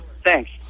Thanks